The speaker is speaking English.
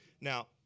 Now